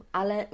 ale